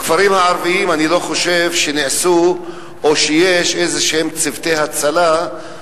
בכפרים הערביים אני לא חושב שנעשו או שיש צוותי הצלה כלשהם,